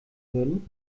würden